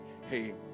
hey